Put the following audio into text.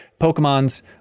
pokemon's